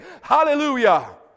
hallelujah